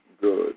good